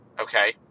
Okay